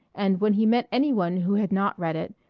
and when he met any one who had not read it,